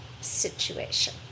situation